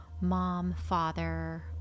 mom-father